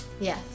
yes